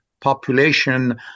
population